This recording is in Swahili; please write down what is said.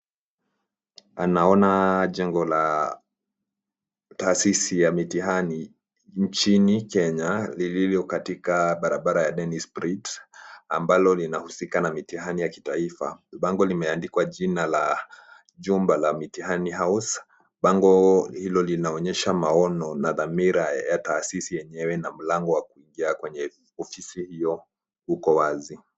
Naona jengo la taasisi ya mitihai nchini Kenya lililo katika barabara ya dennis pritt ambalo linahusika na mitihani ya kitaifa. Bango limeandikwa jina la jumba la mitihani house. Bango hilo linaonyesha maono na dhamira ya taasisi enyewe na mlango wa kuingia kwenye ofisi hiyo uko wazi.